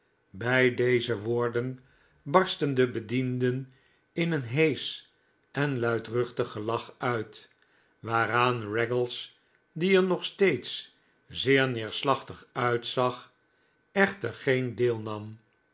bij deze woorden barstten de bedienden in een heesch en luidruchtig gelach uit waaraan raggles die er nog steeds zeer neerslachtig uitzag echter geen deelnam